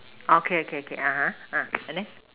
okay okay okay (uh huh) uh and then